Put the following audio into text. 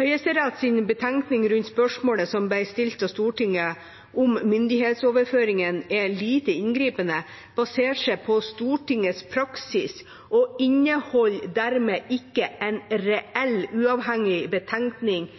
Høyesteretts betenkning rundt spørsmålet som ble stilt av Stortinget, om myndighetsoverføringen er lite inngripende, er basert på Stortingets praksis og inneholder dermed ikke en reell uavhengig betenkning